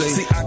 See